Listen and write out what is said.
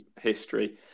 history